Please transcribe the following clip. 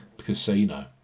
casino